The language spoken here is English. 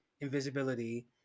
invisibility